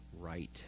right